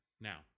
Now